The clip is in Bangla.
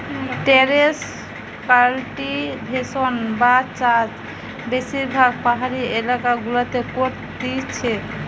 টেরেস কাল্টিভেশন বা চাষ বেশিরভাগ পাহাড়ি এলাকা গুলাতে করতিছে